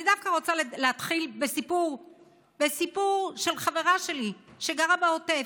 אני דווקא רוצה להתחיל בסיפור של חברה שלי שגרה בעוטף,